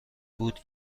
بود